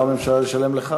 לא הממשלה לשלם לך,